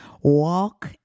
Walk